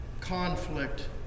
conflict